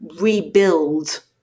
rebuild